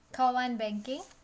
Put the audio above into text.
call one banking